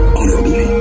honorably